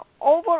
over